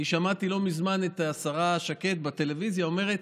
אני שמעתי לא מזמן את השרה שקד בטלוויזיה אומרת: